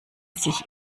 sich